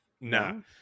No